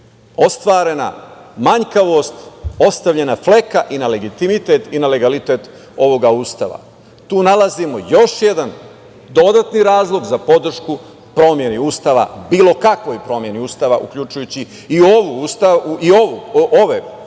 ostvarena manjkavost, ostavljena fleka i na legitimitet i na legalitet ovog Ustava. Tu nalazimo još jedan dodatni razlog za podršku promeni Ustava, bilo kakvoj promeni Ustava, uključujući o ove predložene